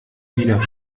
wieder